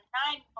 nine